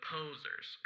Posers